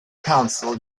council